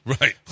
Right